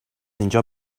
اینجا